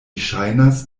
ŝajnas